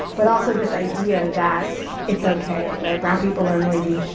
but also this idea that it's okay, right, brown people are noisy,